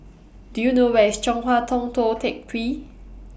Do YOU know Where IS Chong Hua Tong Tou Teck Hwee